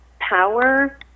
power